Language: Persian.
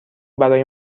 برای